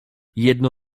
jedno